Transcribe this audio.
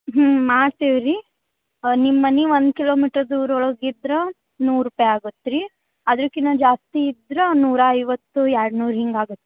ಹ್ಞೂ ಮಾಡ್ತೀವಿ ರೀ ನಿಮ್ಮ ಮನೆ ಒಂದು ಕಿಲೋಮೀಟರ್ ದೂರೋಳಗೆ ಇದ್ದರೆ ನೂರು ರೂಪಾಯಿ ಆಗುತ್ತೆ ರೀ ಅದ್ರಕ್ಕಿನ್ನ ಜಾಸ್ತಿ ಇದ್ರೆ ನೂರಾ ಐವತ್ತು ಎರಡು ನೂರು ಹಿಂಗಾಗತ್ತೆ